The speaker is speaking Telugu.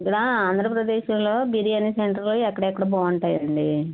ఇక్కడ ఆంధ్రప్రదేశ్లో బిర్యానీ సెంటర్లు ఎక్కడెక్కడ బాగుంటాయండి